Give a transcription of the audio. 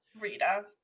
Rita